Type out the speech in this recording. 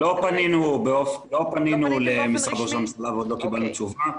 לא פנינו למשרד ראש הממשלה ועוד לא קיבלנו תשובה.